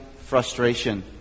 frustration